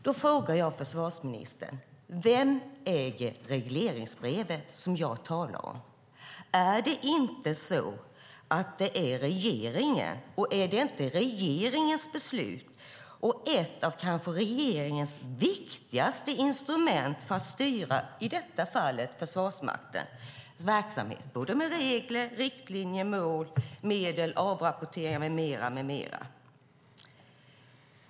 Då frågar jag försvarsministern: Vem äger regleringsbrevet som jag talar om? Är det inte regeringen som gör det, och är det inte regeringens beslut och kanske ett av regeringens viktigaste instrument för att styra i detta fall Försvarsmaktens verksamhet med regler, riktlinjer, mål, medel, avrapportering med mera?